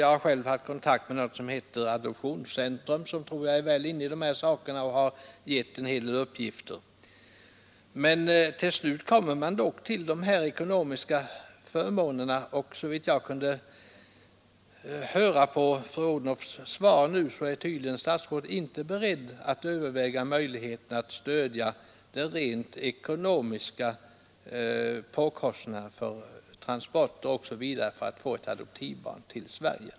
Jag har själv haft kontakt med något som heter Adoptionscentrum, som jag tror är väl insatt i dessa frågor och som gett en hel del uppgifter. Men till slut kommer man till de ekonomiska förmånerna, och såvitt jag kunde höra av fru Odhnoffs svar är statsrådet tydligen inte beredd att överväga möjligheten att stödja människor när det gäller den rent ekonomiska påfrestningen på grund av transporter osv. för att få adoptivbarn till Sverige.